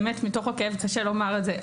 באמת מתוך הכאב קשה לומר את זה.